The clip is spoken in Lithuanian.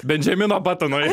bendžamino batono